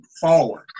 forward